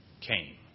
came